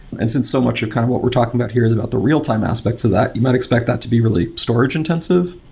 and since so much of kind of what we're talking about here is about the real-time aspects of that, you might expect that to be really storage-intensive.